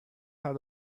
how